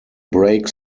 break